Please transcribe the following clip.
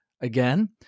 again